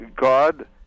God